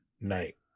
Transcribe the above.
night